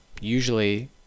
Usually